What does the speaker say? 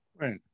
Right